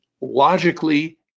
logically